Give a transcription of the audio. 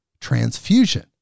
transfusion